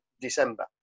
December